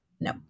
no